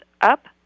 up